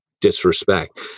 disrespect